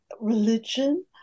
religion